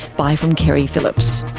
bye from keri phillips